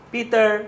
Peter